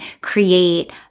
create